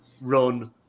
Run